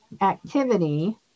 activity